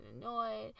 annoyed